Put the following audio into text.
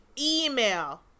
email